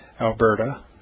Alberta